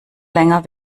länger